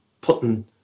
putting